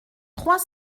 trois